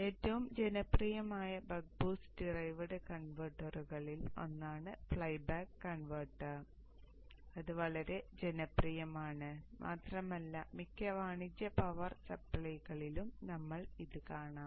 ഏറ്റവും ജനപ്രിയമായ buck boost derived കൺവെർട്ടറുകളിൽ ഒന്നാണ് ഫ്ലൈ ബാക്ക് കൺവെർട്ടർ അത് വളരെ ജനപ്രിയമാണ് മാത്രമല്ല മിക്ക വാണിജ്യ പവർ സപ്ലൈകളിലും നിങ്ങൾക്ക് ഇത് കാണാം